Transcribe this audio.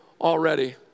already